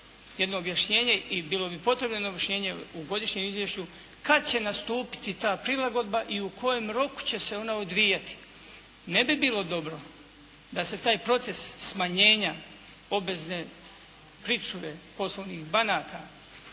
jedno objašnjenje i bilo bi potrebno jedno objašnjenje u godišnjem izvješću kada će nastupiti ta prilagodba i u kojem roku će se ona odvijati. Ne bi bilo dobro da se taj proces smanjenja obvezne pričuve poslovnih banaka